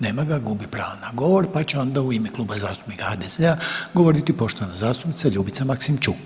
Nema ga, gubi pravo na govor, pa će onda u ime Kluba zastupnika HDZ-a govoriti poštovana zastupnica Ljubica Maksimčuk.